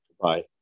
Bye